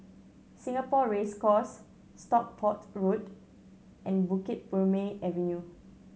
Singapore Race Course Stockport Road and Bukit Purmei Avenue